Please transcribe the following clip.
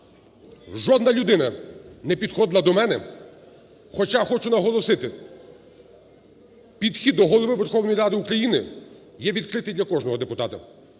Жодна людина не підходила до мене, хоча, хочу наголосити, підхід до Голови Верховної Ради України є відкритий для кожного депутата.